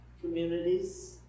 communities